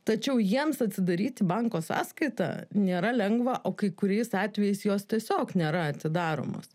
tačiau jiems atsidaryti banko sąskaitą nėra lengva o kai kuriais atvejais jos tiesiog nėra atidaromos